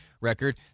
record